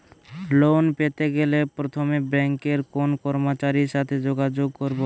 Loan করতে গেলে প্রথমে ব্যাঙ্কের কোন কর্মচারীর সাথে যোগাযোগ করব?